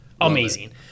Amazing